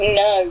no